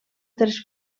tres